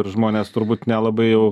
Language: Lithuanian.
ir žmonės turbūt nelabai jau